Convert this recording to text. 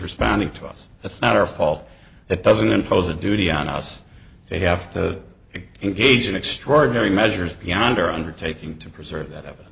responding to us it's not our fault it doesn't impose a duty on us they have to gauge an extraordinary measures yonder undertaking to preserve that